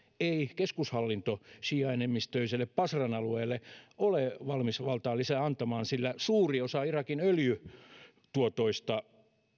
ei keskushallinto siiaenemmistöiselle basran alueelle ole valmis valtaa lisää antamaan sillä suuri osa irakin öljytuotoista